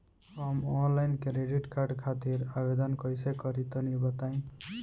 हम online credit card खातिर आवेदन कइसे करि तनि बताई?